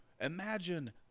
imagine